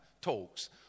talks